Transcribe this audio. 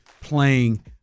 playing